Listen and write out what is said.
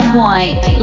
white